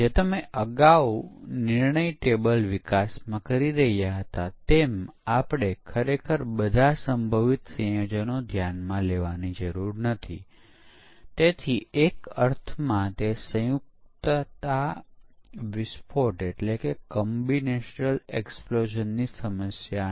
તેથી આ પરીક્ષણ સાધનોની બે મુખ્ય કેટેગરીઝ છે સ્ક્રિપ્ટીંગ સાધનો અને કેપ્ચર અને રિપ્લે ટૂલ જે 1990 અને 2000 માં વિકસ્યા હતા